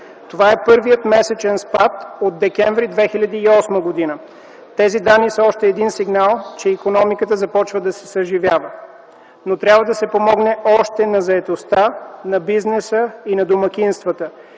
Това е първият месечен спад от декември 2008 г. Тези данни са още един сигнал, че икономиката започва да се съживява, но трябва да се помогне още на заетостта, на бизнеса и на домакинствата.